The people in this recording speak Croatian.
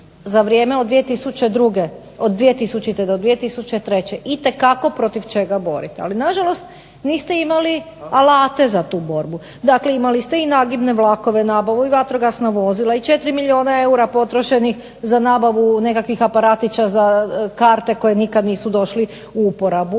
za vrijeme od 2000. do 2003. itekako protiv čega boriti. Ali na žalost niste imali alate za tu borbu. Dakle, imali ste i nagibne vlakove, nabavu i vatrogasna vozila i 4 milijuna eura potrošenih za nabavu nekakvih aparatića za karte koji nikad nisu došli u uporabu